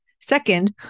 Second